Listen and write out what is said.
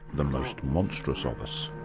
the most monstrous of us.